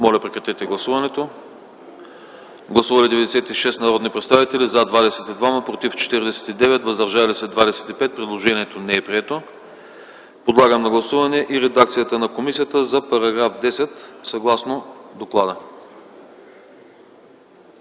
комисията не подкрепя. Гласували 96 народни представители: за 22, против 49, въздържали се 25. Предложението не е прието. Подлагам на гласуване и редакцията на комисията за § 10, съгласно доклада.